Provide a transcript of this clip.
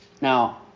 Now